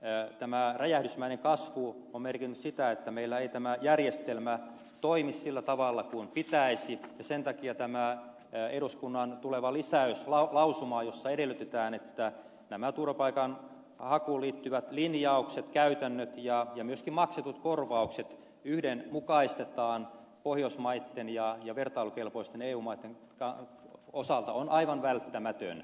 tämä räjähdysmäinen kasvu on merkinnyt sitä että meillä ei tämä järjestelmä toimi sillä tavalla kuin pitäisi ja sen takia tämä eduskunnan tuleva lisäys lausumaan jossa edellytetään että nämä turvapaikan hakuun liittyvät linjaukset käytännöt ja myöskin maksetut korvaukset yhdenmukaistetaan pohjoismaitten ja vertailukelpoisten eu maitten osalta on aivan välttämätön